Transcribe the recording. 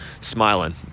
smiling